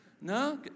No